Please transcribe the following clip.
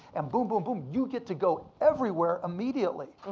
and boom, boom, boom, you get to go everywhere immediately.